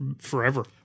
forever